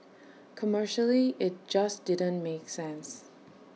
commercially IT just didn't make sense